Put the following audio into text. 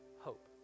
hope